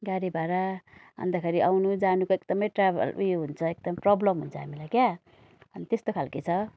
गाडी भाडा अन्तखेरि आउनु जानुको एकदमै ट्राभल उयो हुन्छ एकदम प्रबलम हुन्छ हामीलाई क्या अनि त्यस्तो खालको छ